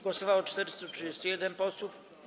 Głosowało 431 posłów.